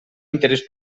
interès